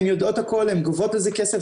הן יודעות הכול, הן גובות על זה כסף.